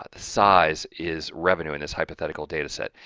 ah size is revenue in this hypothetical data set.